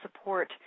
support